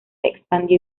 expandió